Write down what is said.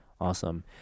Awesome